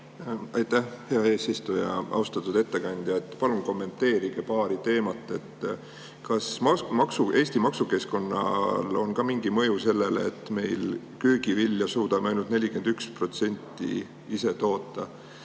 Aitäh, hea eesistuja! Austatud ettekandja! Palun kommenteerige paari teemat. Kas Eesti maksukeskkonnal on ka mingi mõju sellele, et me köögivilja suudame ainult 41% ise toota?